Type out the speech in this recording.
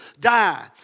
die